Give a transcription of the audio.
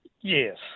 Yes